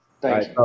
Thanks